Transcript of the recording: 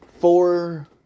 four